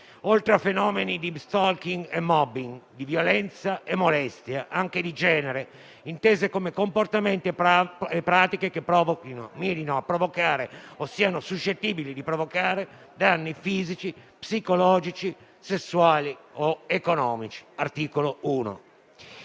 oltre a fenomeni di *stalking* e *mobbing*, di violenza e molestia, anche di genere, intesi come comportamenti e pratiche che provochino, mirino a provocare o siano suscettibili di provocare danni fisici, psicologici, sessuali o economici (articolo 1).